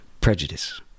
Prejudice